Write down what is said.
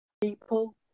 People